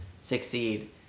succeed